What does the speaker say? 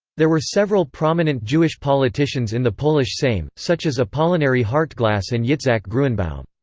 there were several prominent jewish politicians in the polish sejm, such as apolinary hartglas and yitzhak gruenbaum.